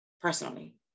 personally